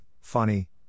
funny